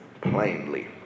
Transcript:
plainly